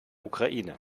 ukraine